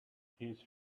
his